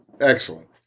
Excellent